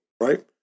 right